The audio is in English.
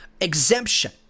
exemption